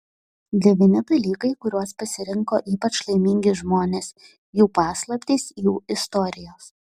devyni dalykai kuriuos pasirinko ypač laimingi žmonės jų paslaptys jų istorijos